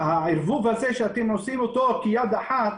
הערבוב הזה שאתם עושים אותו כיד אחת,